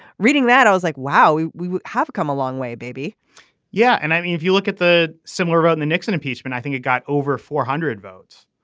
reading that i was like wow we we have come a long way baby yeah. and i mean if you look at the similar around the nixon impeachment i think it got over four hundred votes.